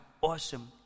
Awesome